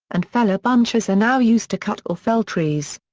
and feller bunchers are now used to cut or fell trees.